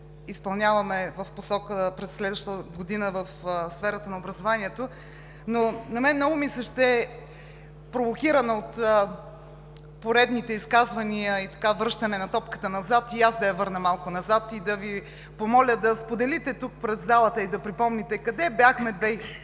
определената посока през следващата година в сферата на образованието, но на мен много ми се иска, провокирана от поредните изказвания и връщане на топката назад, и аз да я върна малко назад и да Ви помоля да споделите тук, пред залата, и да припомните къде бяхме в